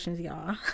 y'all